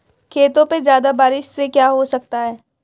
खेतों पे ज्यादा बारिश से क्या हो सकता है?